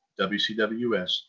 WCWS